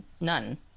none